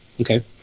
Okay